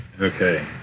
okay